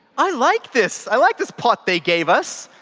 i like this, i like this pot they gave us,